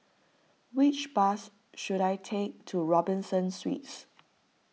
which bus should I take to Robinson Suites